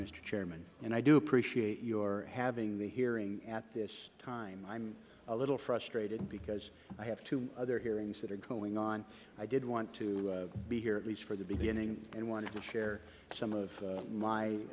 mister chairman and i do appreciate your having the hearing at this time i am a little frustrated because i have two other hearings that are going on i did want to be here at least for the beginning and wanted to share some of my